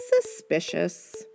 Suspicious